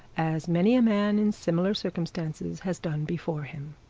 as many a man in similar circumstances has done before him.